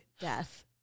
death